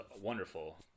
wonderful